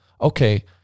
okay